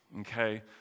okay